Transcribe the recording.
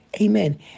Amen